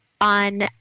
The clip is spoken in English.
on